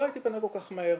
לא הייתי פונה כל כך מהר.